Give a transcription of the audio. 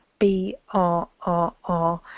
BRRR